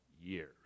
years